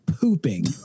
pooping